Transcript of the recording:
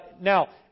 Now